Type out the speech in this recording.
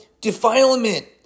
defilement